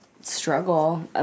struggle